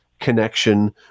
connection